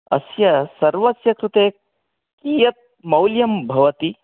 अस्य सर्वस्य कृते कियत् मौल्यं भवति